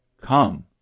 Come